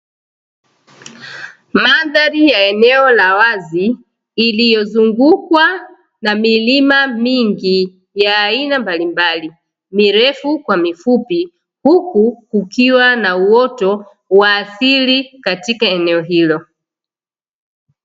Madhari ya eneo la wazi iliyozungukwa na milima mingi ya aina mbalimbali mirefu kwa mifupi huku kukiwa na uoto wa asili katika eneo hilo.